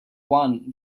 one